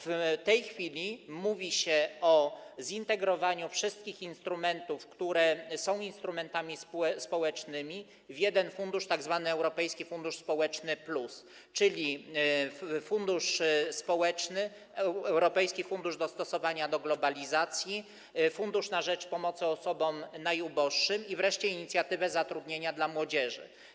W tej chwili mówi się o zintegrowaniu wszystkich instrumentów, które są instrumentami społecznymi, w jeden fundusz, tzw. Europejski Fundusz Społeczny Plus, czyli będzie to fundusz społeczny, Europejski Fundusz Dostosowania do Globalizacji, fundusz na rzecz pomocy osobom najuboższym i wreszcie inicjatywa zatrudnienia młodzieży.